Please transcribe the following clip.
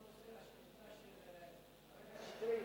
אין קשר בין הנושא של השאילתא של חבר הכנסת שטרית,